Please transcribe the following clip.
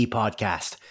podcast